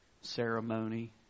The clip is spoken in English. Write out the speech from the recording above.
ceremony